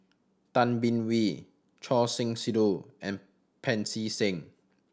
Tay Bin Wee Choor Singh Sidhu and Pancy Seng